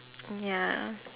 ya